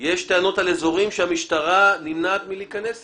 יש טענות על אזורים שהמשטרה נמנעת מלהיכנס אליהם.